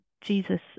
Jesus